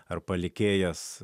ar palikėjas